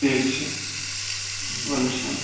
ٹھیٖک چھُ وعلیکُم السَلام